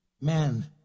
man